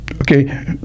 Okay